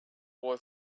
boy